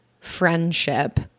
friendship